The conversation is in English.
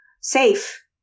Safe